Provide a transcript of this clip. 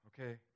Okay